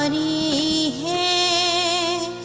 ah e